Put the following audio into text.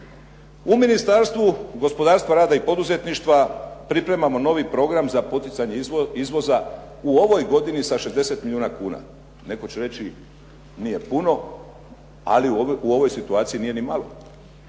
U Ministarstvu gospodarstva, rada i poduzetništva, pripremamo novi program za poticanje izvoza u ovoj godini sa 60 milijuna kuna, netko će reći nije puno, ali u ovoj situaciji nije niti malo.